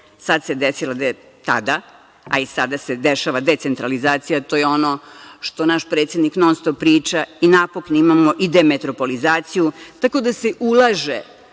Tada se desila, a i sada se dešava decentralizacija, to je ono što naš predsednik non-stop priča i napokon imamo i demetropolizaciju. Tako da se ulaže